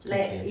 okay